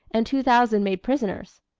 and two thousand made prisoners.